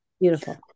Beautiful